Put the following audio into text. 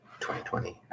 2020